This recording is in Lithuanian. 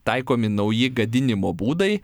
taikomi nauji gadinimo būdai